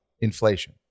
inflation